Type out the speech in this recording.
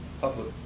Public